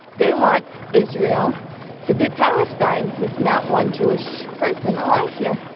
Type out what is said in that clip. they want israel to be palestine with not one jewish person alive here.